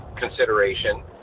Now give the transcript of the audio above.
consideration